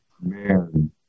Man